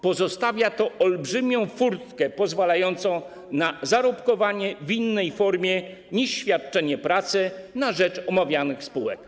Pozostawia to olbrzymią furtkę pozwalającą na zarobkowanie w innej formie niż świadczenie pracy na rzecz omawianych spółek.